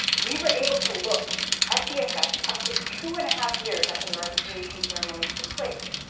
we were able to look at the effects up to two and a half years after the reconciliation ceremonies took place,